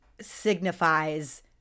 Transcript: signifies